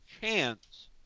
chance